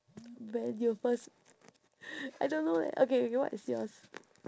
when you first I don't know leh okay okay what is yours